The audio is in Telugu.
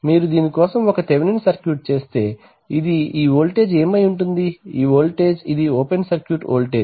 మీరు దీని కోసం ఒక థెవెనిన్ సర్క్యూట్ చేస్తే ఇది ఈ వోల్టేజ్ఏమై ఉంటుంది ఈ వోల్టేజ్ ఇది ఓపెన్ సర్క్యూట్ వోల్టేజ్